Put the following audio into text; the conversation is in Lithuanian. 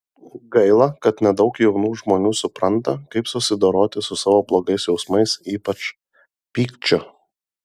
gaila kad nedaug jaunų žmonių supranta kaip susidoroti su savo blogais jausmais ypač pykčiu